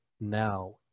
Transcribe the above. now